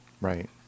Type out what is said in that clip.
Right